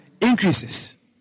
increases